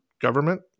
government